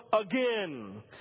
again